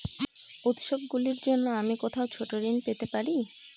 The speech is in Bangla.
উত্সবগুলির জন্য আমি কোথায় ছোট ঋণ পেতে পারি?